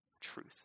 truth